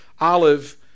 olive